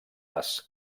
les